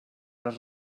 les